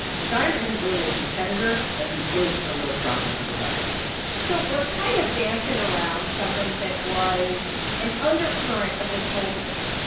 steyer isn't really a competitor, but he is a real problem for biden so we're kind of dancing around something that was an undercurrent of this whole debate.